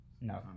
No